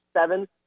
Seven